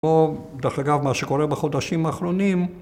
‫או, דרך אגב, מה שקורה ‫בחודשים האחרונים.